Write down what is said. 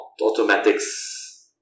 automatics